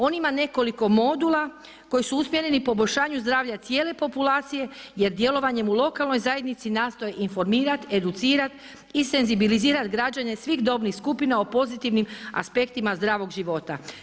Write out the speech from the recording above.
On ima nekoliko modula koji su usmjereni poboljšanju zdravlja cijele populacije, jer djelovanjem u lokalnoj zajednici nastoje informirati, educirati i senzibilizirati građane svih dobnih skupinama o pozitivnim aspektima zdravog života.